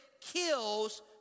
kills